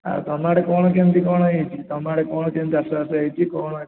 ଆଉ ତୁମ ଆଡ଼େ କ'ଣ କେମିତି କ'ଣ ହେଇଛି ତୁମ ଆଡ଼େ କ'ଣ କେମିତି କ'ଣ ଚାଷବାସ ହେଇଛି କ'ଣ ଏଥର